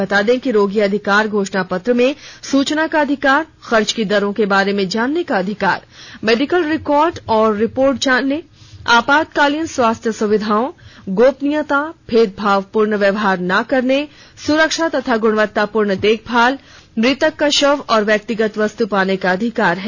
बता दें कि रोगी अधिकार घोषणा पत्र में सूचना का अधिकार खर्च की दरों के बारे जानने का अधिकार मेडिकल रिकॉर्ड और रिपोर्ट जानने आपातकालीन स्वस्थ्य सुविधाओं गोपनीयता भेदभावपूर्ण व्यवहार न करने सुरक्षा और गुणवत्तापूर्ण देखभाल मृतक का शव और व्यक्तिगत वस्तु पाने का अधिकार है